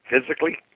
Physically